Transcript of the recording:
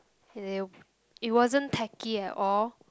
they it wasn't tacky at all